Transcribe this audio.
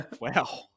Wow